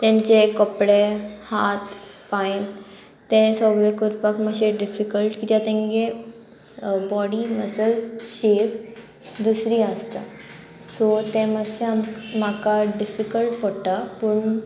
तेंचे कपडे हात पांय ते सोगले करपाक मातशे डिफिकल्ट कित्या तेंगे बॉडी मसल्स शेप दुसरी आसता सो ते मातशे आम म्हाका डिफिकल्ट पडटा पूण